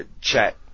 chat